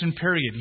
period